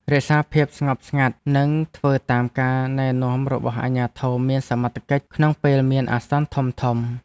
រក្សាភាពស្ងប់ស្ងាត់និងធ្វើតាមការណែនាំរបស់អាជ្ញាធរមានសមត្ថកិច្ចក្នុងពេលមានអាសន្នធំៗ។